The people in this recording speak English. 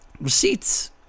Receipts